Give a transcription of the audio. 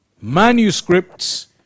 Manuscripts